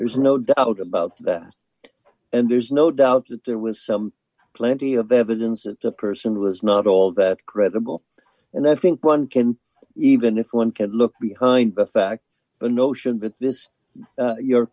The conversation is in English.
there's no doubt about that and there's no doubt that there was some plenty of evidence that the person was not all that credible and i think one can even if one can look behind the fact the notion that this your